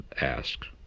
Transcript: asked